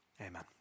Amen